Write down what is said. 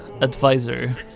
advisor